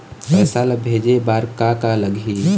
पैसा ला भेजे बार का का लगही?